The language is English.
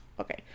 Okay